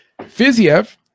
Fiziev